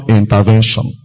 intervention